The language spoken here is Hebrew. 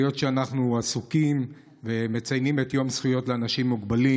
היות שאנחנו עוסקים ומציינים את יום הזכויות לאנשים מוגבלים,